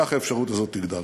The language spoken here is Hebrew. כך האפשרות הזאת תגדל.